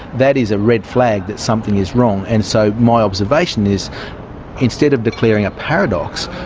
that is a red flag that something is wrong. and so my observation is instead of declaring a paradox,